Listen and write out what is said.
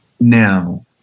now